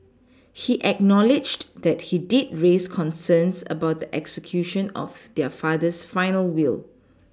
he acknowledged that he did raise concerns about the execution of their father's final will